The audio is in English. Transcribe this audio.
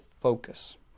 focus